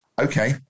okay